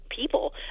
people